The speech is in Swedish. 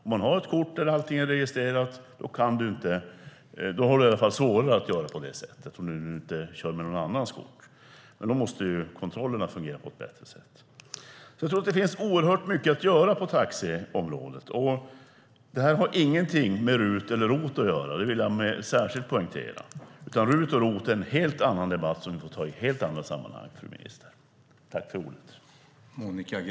Om man har ett kort där allting är registrerat har man i alla fall svårare att göra på det sättet, om man nu inte kör med någon annans kort. Men då måste kontrollerna fungera på ett bättre sätt. Jag tror att det finns oerhört mycket att göra på taxiområdet. Men det har ingenting med RUT eller ROT att göra. Det vill jag särskilt poängtera. RUT och ROT är en helt annan debatt som vi får ta i helt andra sammanhang, fru minister.